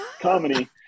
comedy